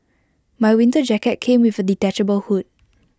my winter jacket came with A detachable hood